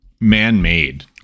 man-made